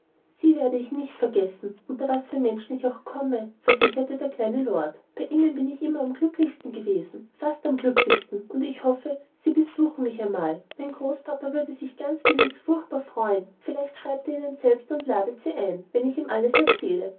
sie werde ich nicht vergessen unter was für menschen ich auch komme versicherte der kleine lord bei ihnen bin ich immer am glücklichsten gewesen fast am glücklichsten und ich hoffe sie besuchen mich einmal mein großpapa würde sich ganz gewiß furchtbar freuen vielleicht schreibt er ihnen selbst und ladet sie ein wenn ich ihm alles erzähle